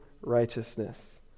righteousness